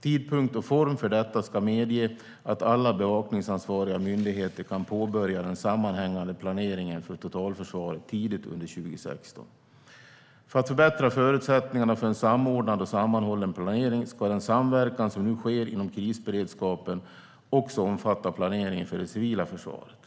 Tidpunkt och form för detta ska medge att alla bevakningsansvariga myndigheter kan påbörja den sammanhängande planeringen för totalförsvaret tidigt under 2016. För att förbättra förutsättningarna för en samordnad och sammanhållen planering ska den samverkan som nu sker inom krisberedskapen också omfatta planeringen för det civila försvaret.